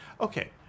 Okay